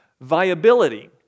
Viability